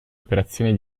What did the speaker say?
operazioni